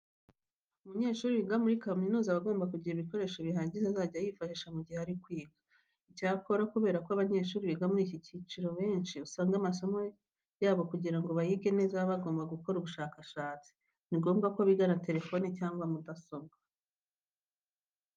Umunyeshuri wiga muri kaminuza aba agomba kugira ibikoresho bihagije azajya yifashisha mu gihe ari kwiga. Icyakora kubera ko abanyeshuri biga muri iki cyiciro akenshi usanga amasomo yabo kugira ngo bayige neza baba bagomba gukora ubushakashatsi, ni ngombwa ko bigana telefone cyangwa mudasobwa.